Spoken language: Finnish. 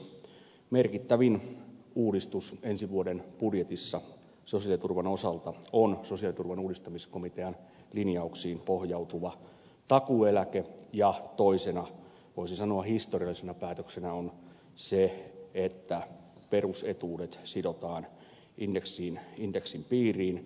merkittävin uudistus ensi vuoden budjetissa sosiaaliturvan osalta on sosiaaliturvan uudistamiskomitean linjauksiin pohjautuva takuueläke ja toisena voisi sanoa historiallisena päätöksenä on se että perusetuudet sidotaan indeksin piiriin